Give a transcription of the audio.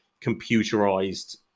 computerized